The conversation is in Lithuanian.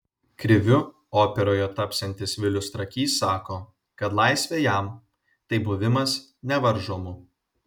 kriviu operoje tapsiantis vilius trakys sako kad laisvė jam tai buvimas nevaržomu